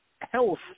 health